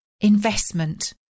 investment